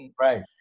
right